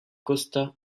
costa